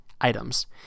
items